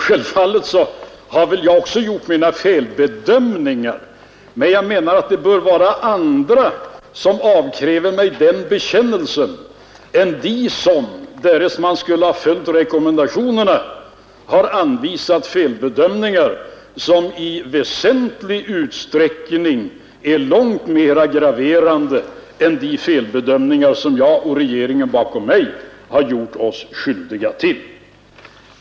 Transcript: Självfallet har väl också jag gjort mina felbedömningar, men det bör vara andra som avkräver mig den bekännelsen än de som, därest man skulle följt rekommendationerna, har anvisat felbedömningar som i väsentlig utsträckning är långt mera graverande än de felbedömningar som jag — och regeringen bakom mig — har gjort oss skyldiga till.